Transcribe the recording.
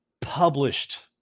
published